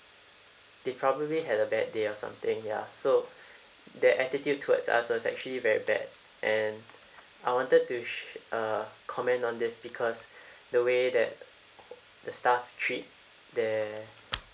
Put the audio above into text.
they probably had a bad day or something ya so their attitude towards us was actually very bad and I wanted to sh~ uh comment on this because the way that the staff treat their